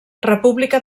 república